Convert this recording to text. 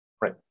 Right